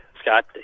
Scott